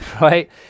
right